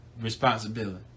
responsibility